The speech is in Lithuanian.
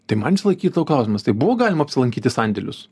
tai man visąlaik kytavo klausimas tai buvo galima apsilankyt į sandėlius